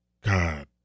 God